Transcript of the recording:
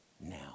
now